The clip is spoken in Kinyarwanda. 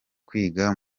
kwiga